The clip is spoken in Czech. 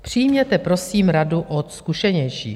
Přijměte prosím radu od zkušenějších.